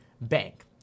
Bank